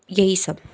ये ही सब